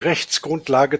rechtsgrundlage